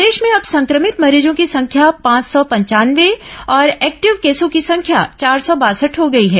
प्रदेश में अब संक्रमित मरीजों की संख्या पांच सौ पंचानवे और एक्टिव केसों की संख्या चार सौ बासठ हो गई है